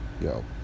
yo